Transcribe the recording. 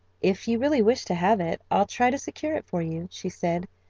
if you really wish to have it, i'll try to secure it for you, she said.